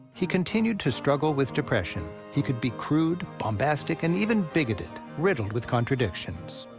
he continued to struggle with depression. he could be crude, bombastic, and even bigoted riddled with contradictions.